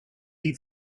die